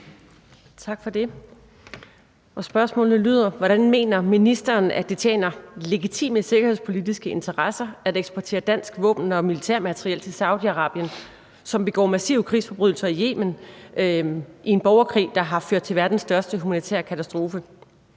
Hvordan mener ministeren at det tjener »legitime sikkerhedspolitiske interesser« at eksportere dansk våben- og militærmateriel til Saudi-Arabien, som begår massive krigsforbrydelser i Yemen, der har skabt verdens største humanitære katastrofe,